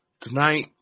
tonight